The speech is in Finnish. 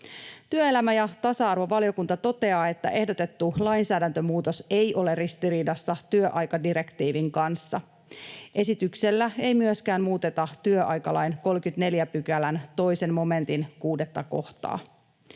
Työelämä- ja tasa-arvovaliokunta toteaa, että ehdotettu lainsäädäntömuutos ei ole ristiriidassa työaikadirektiivin kanssa. Esityksellä ei myöskään muuteta työaikalain 34 §:n 2 momentin 6 kohtaa.